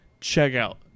checkout